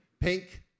Pink